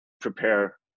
prepare